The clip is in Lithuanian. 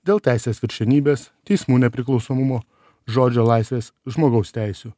dėl teisės viršenybės teismų nepriklausomumo žodžio laisvės žmogaus teisių